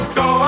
go